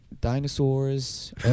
Dinosaurs